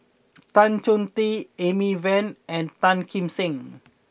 Tan Chong Tee Amy Van and Tan Kim Seng